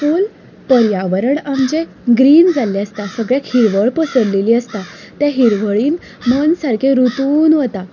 फुल पर्यावरण आमचें ग्रीन जाल्लें आसता सगळ्याक हिरवळ पसरलेली आसता त्या हिरवळींत मन सामकें रुतून वता